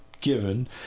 given